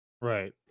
Right